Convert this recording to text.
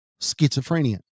schizophrenia